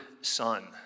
son